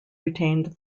retained